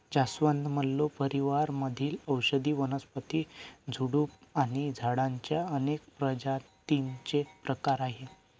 जास्वंद, मल्लो परिवार मधील औषधी वनस्पती, झुडूप आणि झाडांच्या अनेक प्रजातींचे प्रकार आहे